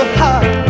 heart